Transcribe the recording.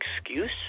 excuse